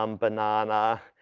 um banana,